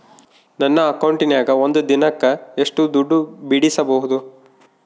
ನನ್ನ ಅಕೌಂಟಿನ್ಯಾಗ ಒಂದು ದಿನಕ್ಕ ಎಷ್ಟು ದುಡ್ಡು ಬಿಡಿಸಬಹುದು?